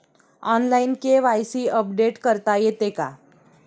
Online KYC update करता येते का?